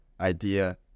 idea